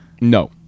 No